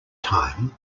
time